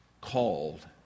called